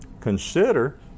consider